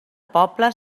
poble